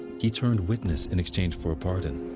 he turned witness in exchange for a pardon.